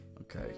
okay